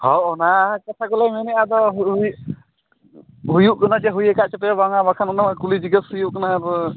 ᱦᱚᱭ ᱚᱱᱟ ᱠᱟᱛᱷᱟᱜᱮᱞᱮ ᱢᱮᱱᱮᱫᱼᱟ ᱟᱫᱚ ᱦᱩᱲᱩ ᱦᱩᱭᱩᱜ ᱠᱟᱱᱟ ᱡᱮ ᱦᱩᱭᱟᱠᱟᱫ ᱪᱮ ᱯᱮ ᱵᱟᱝᱟ ᱵᱟᱠᱷᱟᱱ ᱩᱱᱟᱹᱜ ᱠᱩᱞᱤᱼᱡᱤᱜᱟᱹᱥ ᱦᱩᱭᱩᱜ ᱠᱟᱱᱟ ᱟᱨ